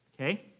okay